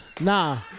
Nah